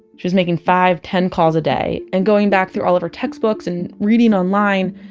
she's making five, ten calls a day and going back through all her textbooks and reading online.